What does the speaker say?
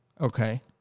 Okay